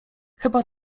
chyba